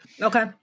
Okay